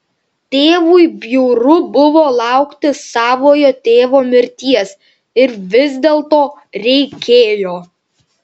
tėvui bjauru buvo laukti savojo tėvo mirties ir vis dėlto reikėjo